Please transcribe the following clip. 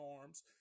Arms